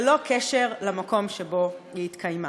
ללא קשר למקום שבו היא התקיימה.